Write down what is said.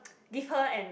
give her and